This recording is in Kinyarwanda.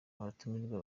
abatumirwa